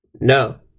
No